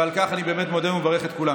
ועל כך אני באמת מודה ומברך את כולם.